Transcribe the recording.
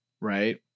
Right